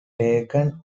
taken